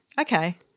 Okay